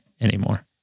anymore